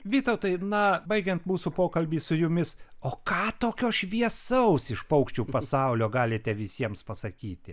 vytautai na baigiant mūsų pokalbį su jumis o ką tokio šviesaus iš paukščių pasaulio galite visiems pasakyti